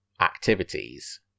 activities